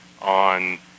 on